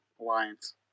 alliance